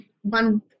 one